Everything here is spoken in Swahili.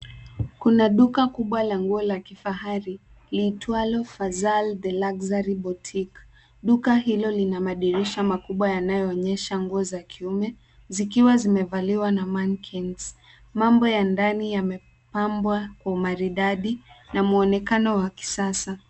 Kuna duka kubwa la nguo la kifahari, liitwa Fazal the Luxury Boutique. Duka hilo lina madirisha makubwa yanayoonyesha nguo za kiume, zikiwa zimevaliwa na mannequins . Mambo ya ndani yamepambwa kwa umaridadi na mwonekano wa kisasa.